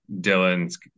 Dylan's